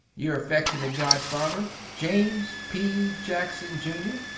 your affeckshunate godfather, james p. jackson jr.